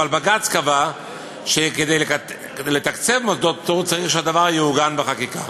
אבל בג"ץ קבע שכדי לתקצב מוסדות פטור צריך שהדבר יעוגן בחקיקה.